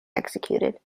executed